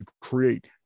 create